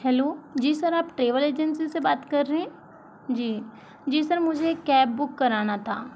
hello जी sir आप travel agency से बात कर रहे हैं जी जी सर मुझे कैब बुक कराना था